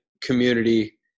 community